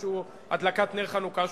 הדלקת נר חנוכה,